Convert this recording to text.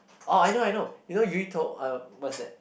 orh I know I know you know 鱼头:Yu Tou !aiyo! what's that